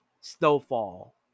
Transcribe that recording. Snowfall